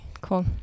cool